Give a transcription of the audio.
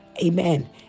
Amen